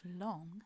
long